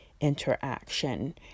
interaction